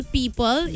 people